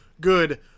good